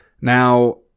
Now